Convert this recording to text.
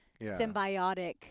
symbiotic